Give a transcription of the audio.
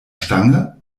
stange